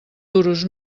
duros